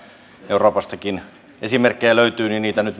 euroopastakin esimerkkejä löytyy niin niitä nyt